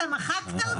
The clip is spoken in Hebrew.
אתה מחקת אותי?